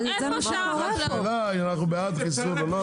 השאלה אם הנחנו בעד חיסול או לא?